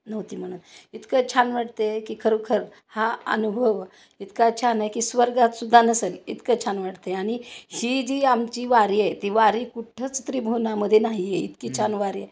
नव्हती म्हणून इतकं छान वाटते की खरोखर हा अनुभव इतका छान आहे की स्वर्गात सुद्धा नसेल इतकं छान वाटते आणि ही जी आमची वारी आहे ती वारी कुठंच त्रिभुवनामध्ये नाही आहे इतकी छान वारी आहे